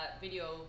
video